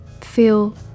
feel